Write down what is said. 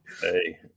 Hey